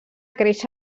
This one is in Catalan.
creix